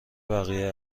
بقیه